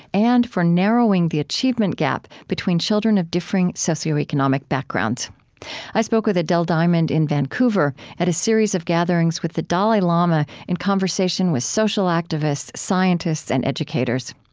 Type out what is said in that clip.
and for narrowing the achievement gap between children of differing socioeconomic backgrounds i spoke with adele diamond in vancouver at a series of gatherings with the dalai lama in conversation with social activists, scientists, and educators.